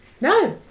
No